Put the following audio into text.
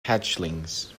hatchlings